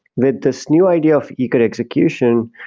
with this new idea of eager execution,